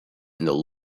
the